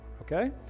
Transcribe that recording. okay